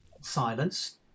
Silence